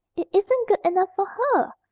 it isn't good enough for her!